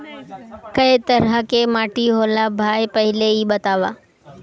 कै तरह के माटी होला भाय पहिले इ बतावा?